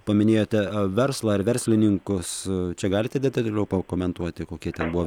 paminėjote verslą ar verslininkus čia galite detaliau pakomentuoti kokie ten buvo